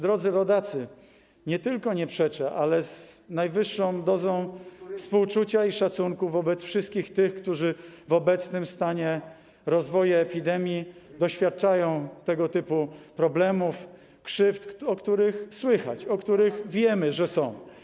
Drodzy rodacy, nie tylko nie przeczę, ale z najwyższą dozą współczucia i szacunku wobec wszystkich tych, którzy w obecnym stanie rozwoju epidemii doświadczają problemów, krzywd, o których słychać, o których wiemy, że są.